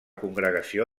congregació